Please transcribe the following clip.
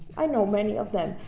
i know many of them.